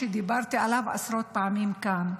שדיברתי עליו עשרות פעמים כאן,